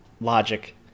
logic